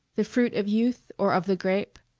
the fruit of youth or of the grape,